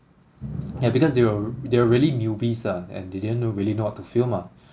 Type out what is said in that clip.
yeah because they were they were really newbies ah and they didn't really know how to film ah